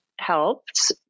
helped